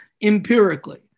empirically